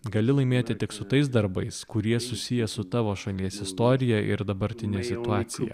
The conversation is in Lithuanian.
gali laimėti tik su tais darbais kurie susiję su tavo šalies istorija ir dabartine situacija